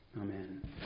Amen